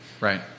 Right